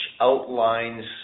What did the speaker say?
outlines